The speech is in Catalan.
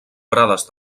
prades